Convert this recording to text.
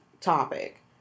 topic